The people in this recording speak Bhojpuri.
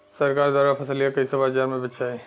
सरकार द्वारा फसलिया कईसे बाजार में बेचाई?